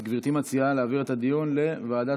אז גברתי מציעה להעביר את הדיון לוועדת